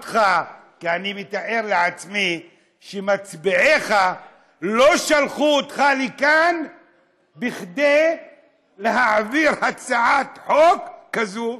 כי אני מתאר לעצמי שמצביעיך לא שלחו אותך לכאן כדי להעביר הצעת חוק כזו,